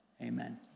Amen